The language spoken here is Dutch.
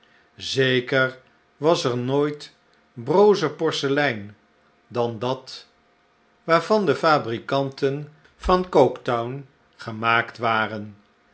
zeker was ernooit brozer porselein dan dat waarvan de fabrikanten van coketown gemaakt waren